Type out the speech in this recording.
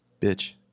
Bitch